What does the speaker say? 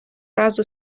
разу